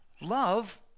Love